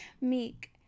meek